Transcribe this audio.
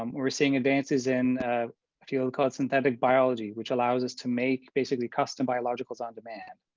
um were were seeing advances in a field called synthetic biology, which allows us to make basically custom biologicals on demand.